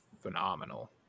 phenomenal